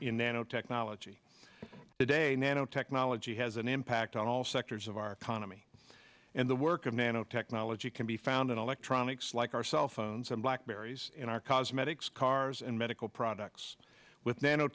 in nanotechnology today nanotechnology has an impact on all sectors of our economy and the work of nanotechnology can be found in electronics like our cell phones and blackberries in our cosmetics cars and medical products with